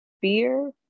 fear